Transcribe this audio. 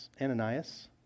Ananias